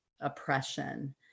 oppression